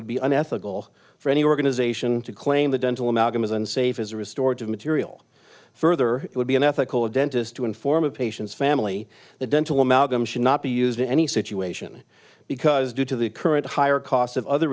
would be unethical for any organization to claim the dental amalgam is unsafe as a restored material further it would be unethical a dentist to inform a patient's family that dental amalgam should not be used in any situation because due to the current higher cost of other